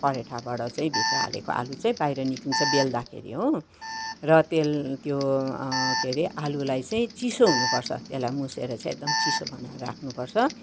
परठाबाट चाहिँ भित्र हालेको आलु चाहिँ बाहिर निक्लिन्छ बेल्दाखेरि हो र तेल् त्यो के हेरे आलुलाई चाहिँ चिसो हुनुपर्छ त्यसलाई मुसेर चाहिँ एकदम चिसो बनाएर राख्नुपर्छ